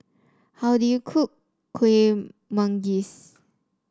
how do you cook Kuih Manggis